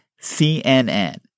CNN